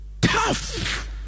Tough